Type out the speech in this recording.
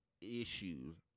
issues